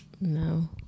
No